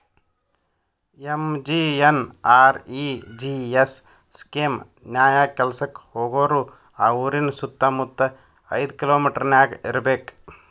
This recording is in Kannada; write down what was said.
ಎಂ.ಜಿ.ಎನ್.ಆರ್.ಇ.ಜಿ.ಎಸ್ ಸ್ಕೇಮ್ ನ್ಯಾಯ ಕೆಲ್ಸಕ್ಕ ಹೋಗೋರು ಆ ಊರಿನ ಸುತ್ತಮುತ್ತ ಐದ್ ಕಿಲೋಮಿಟರನ್ಯಾಗ ಇರ್ಬೆಕ್